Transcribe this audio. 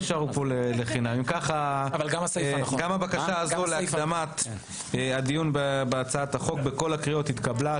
גם הבקשה הזאת להקדמת הדיון בהצעת החוק בכל הקריאות התקבלה.